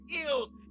ills